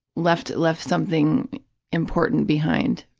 left left something important behind,